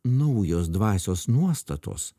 naujos dvasios nuostatos